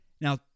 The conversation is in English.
Now